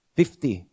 fifty